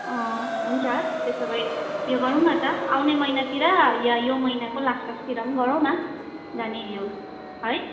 हुन्छ त्यसो भए उयो गरौँ न त आउने महिनातिर वा यो महिनाको लास्ट लास्टतिर गरौँ न जाने यो है